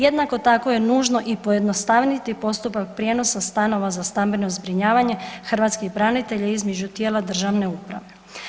Jednako tako je nužno i pojednostavniti postupak prijenosa za stambeno zbrinjavanje hrvatskih branitelja između tijela državne uprave.